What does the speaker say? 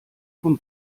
vom